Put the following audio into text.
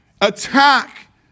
attack